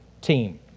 team